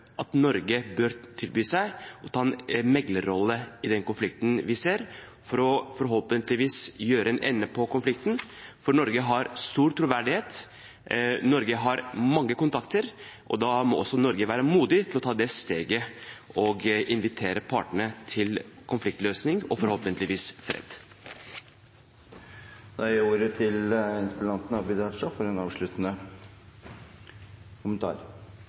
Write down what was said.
at Norge bør tilby seg å ta en meglerrolle i den konflikten vi ser for forhåpentligvis å få en ende på konflikten. For Norge har stor troverdighet, Norge har mange kontakter, og da må også Norge være modig nok til å ta det steget og invitere partene til konfliktløsning og forhåpentligvis fred. Jeg vil takke alle som har deltatt for